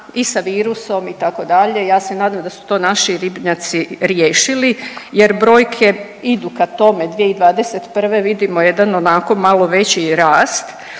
i sa virusom itd. ja se nadam da su to naši ribnjaci riješili jer brojke idu ka tome 2021. vidimo jedan onako malo veći rast,